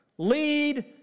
Lead